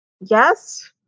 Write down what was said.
Yes